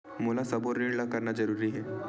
मोला सबो ऋण ला करना जरूरी हे?